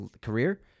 career